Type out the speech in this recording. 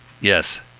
Yes